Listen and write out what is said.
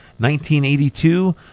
1982